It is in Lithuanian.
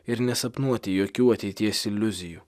ir nesapnuoti jokių ateities iliuzijų